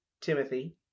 Timothy